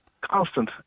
Constant